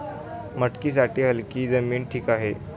मटकीसाठी हलकी जमीन ठीक आहे